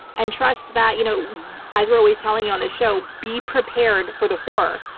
and trust that you know as we're always telling you on this show, be prepared for the horror.